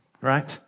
right